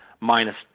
minus